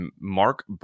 Mark